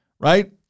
Right